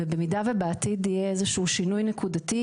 במידה ובעתיד יהיה איזשהו שינוי נקודתי,